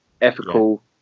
ethical